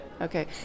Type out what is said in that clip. Okay